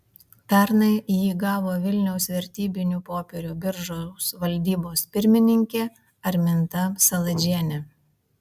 pernai jį gavo vilniaus vertybinių popierių biržos valdybos pirmininkė arminta saladžienė